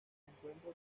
encuentro